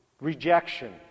Rejection